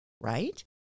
Right